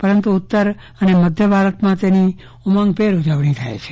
પરંતુ ઉત્તર અને મધ્ય ભારતમાં તેની ઉજવણી થાય છે